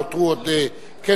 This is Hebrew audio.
נותרו עוד כצל'ה,